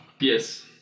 Yes